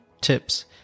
tips